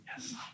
Yes